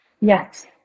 Yes